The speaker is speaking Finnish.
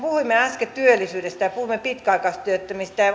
puhuimme äsken työllisyydestä ja puhuimme pitkäaikaistyöttömistä ja